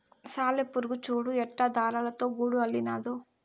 సాలెపురుగు చూడు ఎట్టా దారాలతో గూడు అల్లినాదో